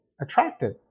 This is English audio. attracted